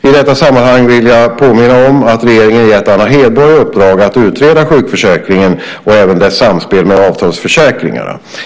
I detta sammanhang vill jag också påminna om att regeringen gett Anna Hedborg i uppdrag att utreda sjukförsäkringen och även dess samspel med avtalsförsäkringarna.